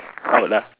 proud lah